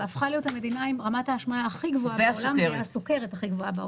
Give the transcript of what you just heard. כל חיי אני